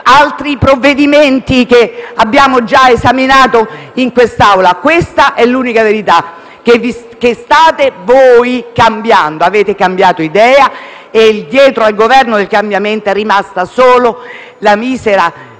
altri provvedimenti che abbiamo già esaminato in quest'Aula? Questa è l'unica verità: voi state cambiando. Avete cambiato idea e dietro al Governo del cambiamento è rimasta solo la misera